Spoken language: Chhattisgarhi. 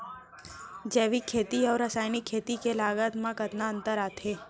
जैविक खेती अऊ रसायनिक खेती के लागत मा कतना अंतर आथे?